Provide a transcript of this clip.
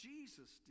Jesus